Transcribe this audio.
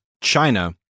China